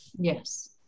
Yes